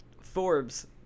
Forbes